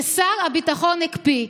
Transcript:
ששר הביטחון הקפיא.